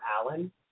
Alan